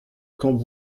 camp